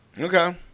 Okay